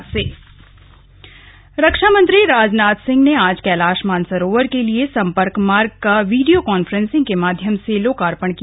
लोकार्पण राजनाथ सिंह रक्षामंत्री राजनाथ सिंह ने आज कैलाश मानसरोवर के लिए सम्पर्क मार्ग का वीडियो कान्फ्रेंसिंग के माध्यम से लोकार्पण किया